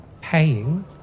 paying